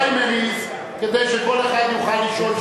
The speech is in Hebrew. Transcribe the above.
פריימריז כדי שכל אחד יוכל לשאול שאלות,